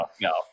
No